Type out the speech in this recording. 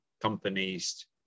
companies